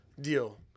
deal